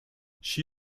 she